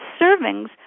servings